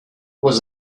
was